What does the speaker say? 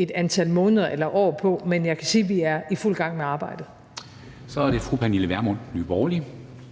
et antal måneder eller år på, men jeg kan sige, at vi er i fuld gang med arbejdet. Kl. 10:56 Formanden (Henrik